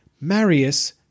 Marius